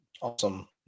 Awesome